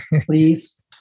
please